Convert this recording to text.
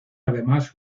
además